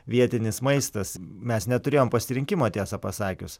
vietinis maistas mes neturėjom pasirinkimo tiesą pasakius